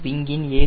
விங்கின் a